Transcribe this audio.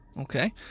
Okay